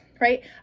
right